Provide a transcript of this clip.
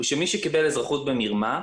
הוא שמי שקיבל אזרחות במרמה,